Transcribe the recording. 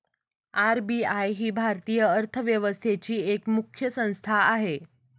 RBI ही भारतीय अर्थव्यवस्थेची एक मुख्य संस्था आहे